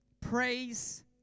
Praise